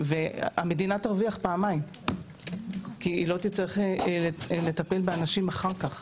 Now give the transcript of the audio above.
המדינה תרוויח פעמיים כי היא לא תצטרך לטפל באנשים אחר כך.